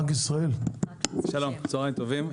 שלום, צהריים טובים.